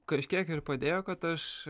kažkiek ir padėjo kad aš